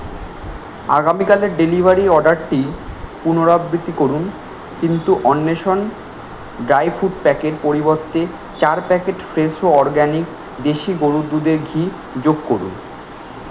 আগামীকালের ডেলিভারির অর্ডারটির পুনরাবৃতি করুন কিন্তু অন্বেষণ ড্রাই ফ্রুট প্যাকের পরিবর্তে চার প্যাকেট ফ্রেশো অরগ্যানিক দেশি গরুর দুধের ঘি যোগ করুন